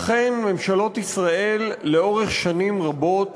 אכן ממשלות ישראל לאורך שנים רבות